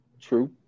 True